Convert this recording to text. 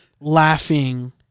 laughing